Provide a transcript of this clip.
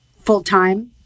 full-time